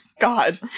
God